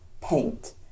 paint